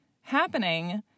happening